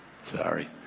Sorry